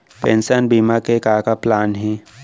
Pension बीमा के का का प्लान हे?